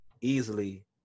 easily